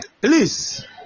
Please